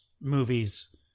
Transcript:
movies